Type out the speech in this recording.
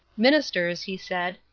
ministers, he said,